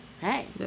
Hey